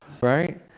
right